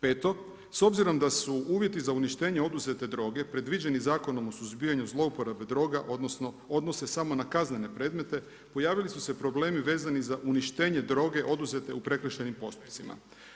Peto, s obzirom da su uvjeti za uništenje oduzete droge predviđeni Zakonom o suzbijanju zlouporabe droga odnose samo na kaznene predmete pojavili su se problemi za uništenje droge oduzete u prekršajnim postupcima.